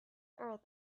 earth